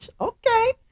Okay